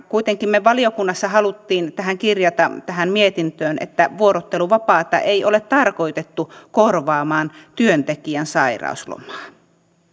kuitenkin me valiokunnassa halusimme kirjata tähän mietintöön että vuorotteluvapaata ei ole tarkoitettu korvaamaan työntekijän sairauslomaa